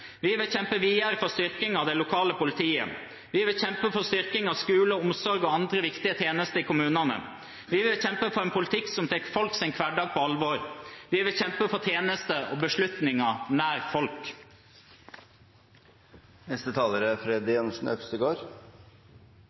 Vi vil kjempe videre for styrking av det lokale politiet. Vi vil kjempe for styrking av skole og omsorg og andre viktige tjenester i kommunene. Vi vil kjempe for en politikk som tar folks hverdag på alvor. Vi vil kjempe for tjenester og beslutninger nær folk. Noe av det beste med vårt samfunn er